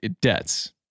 debts